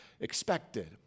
expected